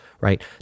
right